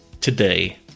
today